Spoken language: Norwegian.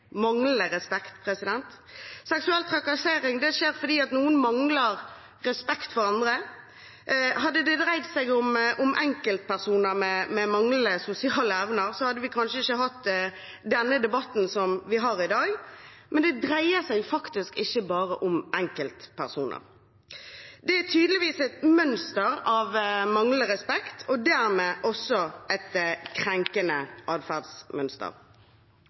Seksuell trakassering skjer fordi noen mangler respekt for andre. Hadde det dreid seg om enkeltpersoner med manglende sosiale evner, hadde vi kanskje ikke hatt den debatten som vi har i dag, men det dreier seg faktisk ikke bare om enkeltpersoner. Det er tydeligvis et mønster av manglende respekt og dermed også et krenkende